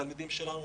התלמידים שלנו